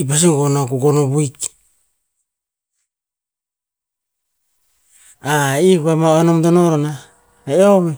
i pasi gonn o kukon o wik. i ko ama o nom to no ro nah, e eo veh.